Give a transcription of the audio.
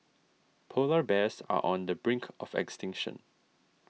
Polar Bears are on the brink of extinction